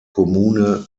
kommune